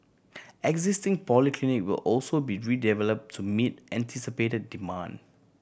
existing polyclinics will also be redeveloped to meet anticipated demand